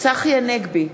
צחי הנגבי,